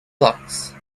blocks